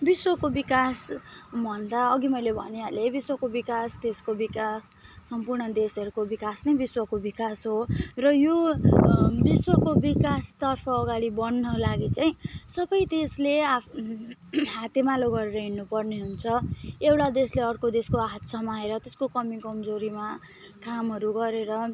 विश्वको विकास भन्दा अघि मैले भनिहालेँ विश्वको विकास देशको विकास सम्पूर्ण देशहरूको विकास नै विश्वको विकास हो र यो विश्वको विकासतर्फ अगाडि बढ्नको लागि चाहिँ सबै देशले आफ्नो हातेमालो गरेर हिँड्नुपर्ने हुन्छ एउटा देशले अर्को देशको हात समाएर त्यसको कमी कमजोरीमा कामहरू गरेर